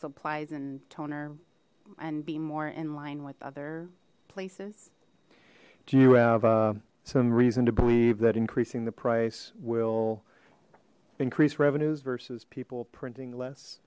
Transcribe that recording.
supplies and toner and be more in line with other places do you have some reason to believe that increasing the price will increase revenues versus people printing less